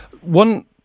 One